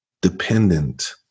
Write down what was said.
dependent